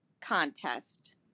contest